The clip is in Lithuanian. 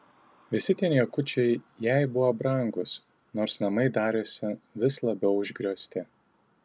visi tie niekučiai jai buvo brangūs nors namai darėsi vis labiau užgriozti